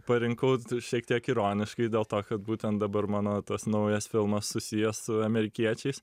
parinkau šiek tiek ironiškai dėl to kad būtent dabar mano tas naujas filmas susijęs su amerikiečiais